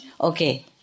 okay